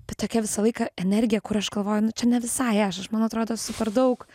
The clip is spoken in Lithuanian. bet tokia visą laiką energija kur aš galvoju nu čia ne visai aš aš man atrodo super daug